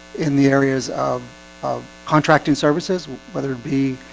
in the areas of of contracting services whether it be